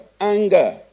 anger